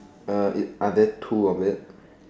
uh are there two of that